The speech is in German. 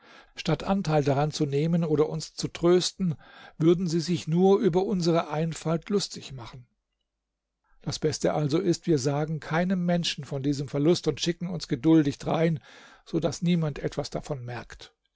statt anteil daran zu nehmen oder uns zu trösten würden sie sich nur über unsere einfalt lustig machen das beste also ist wir sagen keinem menschen von diesem verlust und schicken uns geduldig drein so daß niemand etwas davon merkt